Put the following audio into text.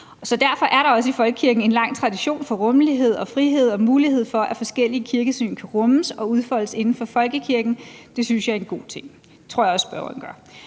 derfor er der også i folkekirken en lang tradition for rummelighed og frihed og mulighed for, at forskellige kirkesyn kan rummes og udfoldes inden for folkekirken. Det synes jeg er en god ting. Det tror jeg også at spørgeren gør.